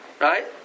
Right